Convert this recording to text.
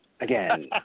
again